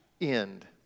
end